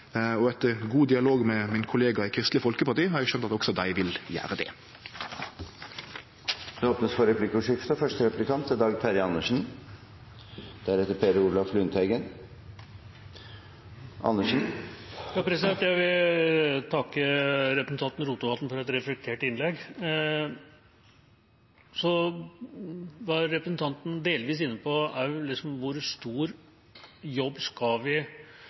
Og etter god dialog med min kollega i Kristeleg Folkeparti har eg skjønt at også dei vil gjere det. Det blir replikkordskifte. Jeg vil takke representanten Rotevatn for et reflektert innlegg. Representanten var også delvis inne på hvor stor jobb vi som samfunn skal pålegge Nav å gjøre for arbeidsledighetens størrelse, det faktum at vi